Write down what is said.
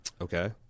Okay